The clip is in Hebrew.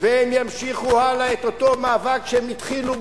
והם ימשיכו הלאה את אותו מאבק שהם התחילו בו,